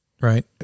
right